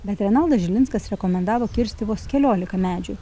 bet renaldas žilinskas rekomendavo kirsti vos keliolika medžių